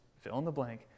fill-in-the-blank